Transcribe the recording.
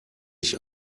ich